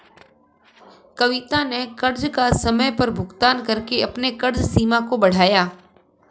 कविता ने कर्ज का समय पर भुगतान करके अपने कर्ज सीमा को बढ़ाया